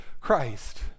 Christ